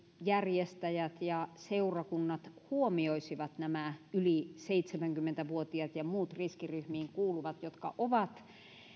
järjestäjät ja seurakunnat huomioisivat nämä yli seitsemänkymmentä vuotiaat ja muut riskiryhmiin kuuluvat jotka ovat